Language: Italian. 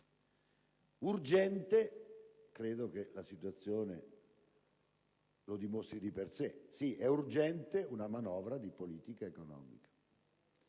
urgente - credo che la situazione lo dimostri di per sé - una manovra di politica economica.